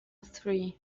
three